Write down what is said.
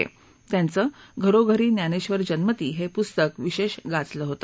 त्यांचं घरोघरी ज्ञानेश्वर जन्मति हे पुस्तक विशेष गाजलं होत